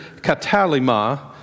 katalima